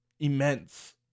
immense